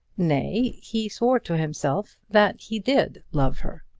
nay he swore to himself that he did love her.